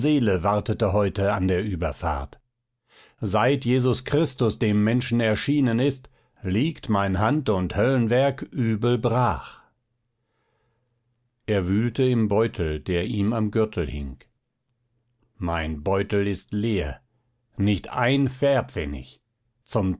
wartete heute an der überfahrt seit jesus christus dem menschen erschienen ist liegt mein hand und höllenwerk übel brach er wühlte im beutel der ihm am gürtel hing mein beutel ist leer nicht ein fährpfennig zum